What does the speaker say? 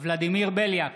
ולדימיר בליאק,